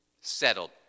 settled